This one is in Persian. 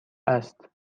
است